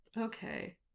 okay